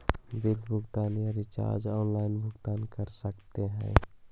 Bill भुगतान या recharge online भुगतान कर सकते हैं?